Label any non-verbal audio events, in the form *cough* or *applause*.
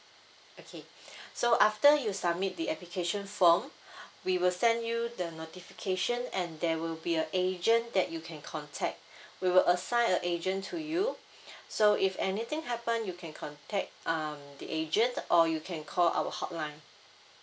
okay *breath* so after you submit the application form *breath* we will send you the notification and there will be a agent that you can contact *breath* we will assign a agent to you *breath* so if anything happen you can contact um the agent or you can call our hotline